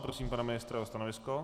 Prosím pana ministra o stanovisko.